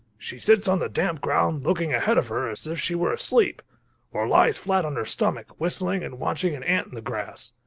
she sits on the damp ground, looking ahead of her, as if she were asleep or lies flat on her stomach, whistling and watching an ant in the grass.